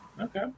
Okay